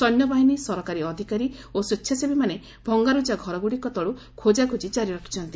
ସୈନ୍ୟବାହିନୀ ସରକାରୀ ଅଧିକାରୀ ଓ ସ୍ୱେଚ୍ଛାସେବୀମାନେ ଭଙ୍ଗାର୍ରଜା ଘରଗ୍ରଡ଼ିକ ତଳୁ ଖୋକାଖୋଜି ଜାରି ରଖିଛନ୍ତି